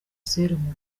serumu